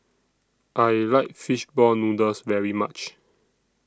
I like Fish Ball Noodles very much